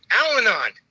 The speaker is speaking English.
Al-Anon